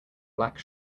black